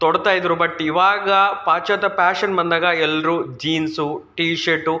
ತೊಡ್ತಾ ಇದ್ದರು ಬಟ್ ಇವಾಗ ಪಾಶ್ಚಾತ್ಯ ಪ್ಯಾಶನ್ ಬಂದಾಗ ಎಲ್ಲರೂ ಜೀನ್ಸು ಟಿ ಶರ್ಟು